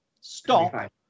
stop